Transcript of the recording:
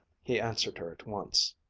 he answered her at once,